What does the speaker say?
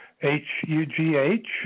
H-U-G-H